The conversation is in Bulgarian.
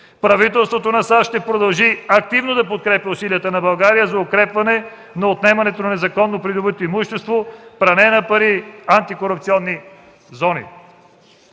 Правителството на САЩ ще продължи активно да подкрепя усилията на България за отнемането на незаконно придобито имущество, пране на пари, антикорупционни закони”.